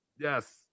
Yes